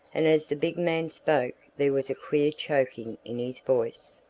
and as the big man spoke there was a queer choking in his voice.